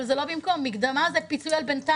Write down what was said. אבל זה לא במקום, מקדמה זה פיצוי על בינתיים.